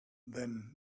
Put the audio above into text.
then